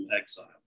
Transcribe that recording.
exile